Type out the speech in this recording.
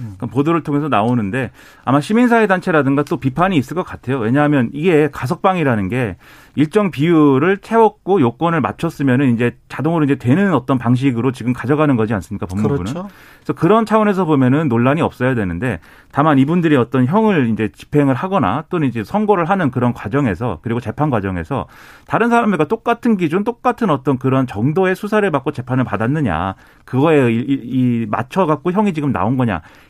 그러니까 보도를 통해서 나오는데 아마 시민사회단체라든가 또 비판이 있을 것 같아요. 왜냐하면 이게 가석방이라는 게 일정 비율을 채웠고 요건을 맞췄으면은 이제 자동으로 이제 되는 어떤 방식으로 지금 가져가는 거지 않습니까, 법무부는? 그렇죠. 그래서 그런 차원에서 보면은 논란이 없어야 되는데 다만 이분들이 어떤 형을 이제 집행을 하거나 또는 이제 선고를 하는 그런 과정에서 그리고 재판 과정에서 다른 사람들과 똑같은 기준, 똑같은 어떤 그런 정도의 수사를 받고 재판을 받았느냐, 그거에 이- 이- 이 맞춰갖고 형이 지금 나온 거냐,